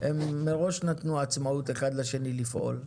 הם מראש נתנו עצמאות אחד לשני לפעול.